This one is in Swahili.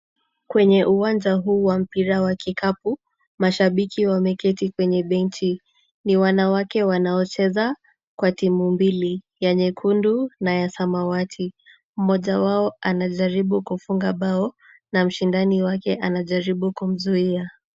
Kwenye uwanja huu wa mpira wa kikapu mashabiki wameketi kwenye benchi, ni wanawake wanaocheza kwa timu mbili ya nyekundu na ya samawati. Mmoja wao anajaribu kufunga bao na mshindani wake anajaribu kumzuia.